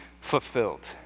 fulfilled